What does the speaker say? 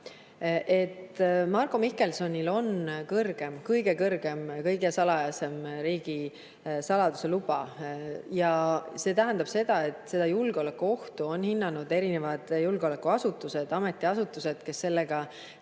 Marko Mihkelsonil on kõrgem, kõige kõrgem, kõige salajasema riigisaladuse luba. See tähendab seda, et seda julgeolekuohtu on hinnanud erinevad julgeolekuasutused, ametiasutused, kes sellega